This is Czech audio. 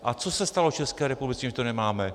A co se stalo v České republice, že to nemáme?